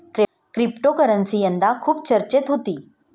cryptocurrency यंदा खूप चर्चेत होती